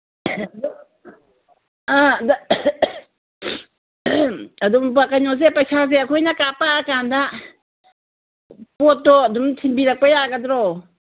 ꯑꯥ ꯑꯗꯨꯝ ꯀꯩꯅꯣꯁꯦ ꯄꯩꯁꯥꯁꯦ ꯑꯩꯈꯣꯏꯅ ꯀꯥꯞꯄꯛꯑꯀꯥꯟꯗ ꯄꯣꯠꯇꯣ ꯑꯗꯨꯝ ꯊꯤꯟꯕꯤꯔꯛꯄ ꯌꯥꯒꯗ꯭ꯔꯣ